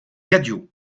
cadio